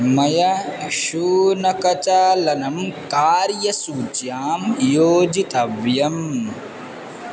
मया शूनकचालनं कार्यसूच्यां योजितव्यम्